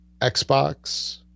Xbox